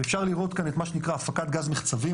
ואפשר לראות כאן את מה שנקרא הפקת גז מחצבים,